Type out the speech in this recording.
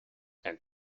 and